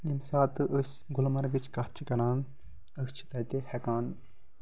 ییٚمہِ ساتہٕ أسۍ گُلمَرگٕچ کَتھ چھِ کران أسۍ چھِ تَتہِ ہٮ۪کان